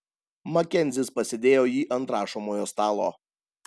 makenzis pasidėjo jį ant rašomojo stalo